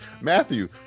matthew